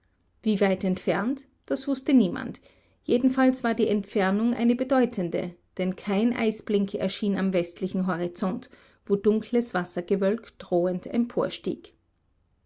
wie weit entfernt das wußte niemand jedenfalls war die entfernung eine bedeutende denn kein eisblink erschien am westlichen horizont wo dunkles wassergewölk drohend emporstieg